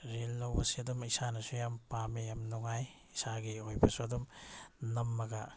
real ꯂꯧꯕꯁꯦ ꯑꯗꯨꯝ ꯏꯁꯥꯅꯁꯨ ꯌꯥꯝ ꯄꯥꯝꯃꯤ ꯌꯥꯝ ꯅꯨꯡꯉꯥꯏ ꯏꯁꯥꯒꯤ ꯑꯣꯏꯕꯁꯨ ꯑꯗꯨꯝ ꯅꯝꯃꯒ